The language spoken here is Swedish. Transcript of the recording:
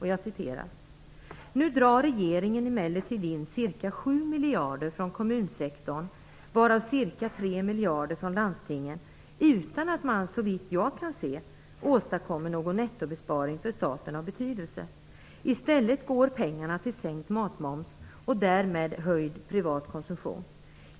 Han sade: Nu drar regeringen emellertid in ca 7 miljarder från kommunsektorn, varav ca 3 miljarder från landstingen, utan att man såvitt jag kan se åstadkommer någon nettobesparing för staten av betydelse. I stället går pengarna till sänkt matmoms och därmed höjd privat konsumtion.